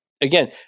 again